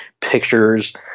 pictures